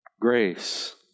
Grace